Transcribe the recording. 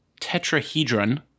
tetrahedron